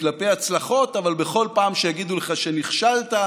כלפי הצלחות אבל בכל פעם שיגידו לך שנכשלת,